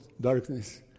darkness